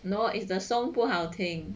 nor is the song 不好听